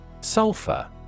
Sulfur